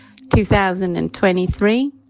2023